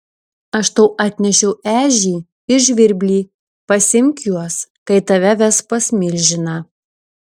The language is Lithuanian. aš tau atnešiau ežį ir žvirblį pasiimk juos kai tave ves pas milžiną